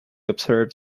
observe